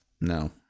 No